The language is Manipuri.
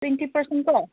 ꯇꯨꯌꯦꯟꯇꯤ ꯄꯔꯁ ꯀꯣ